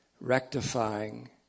rectifying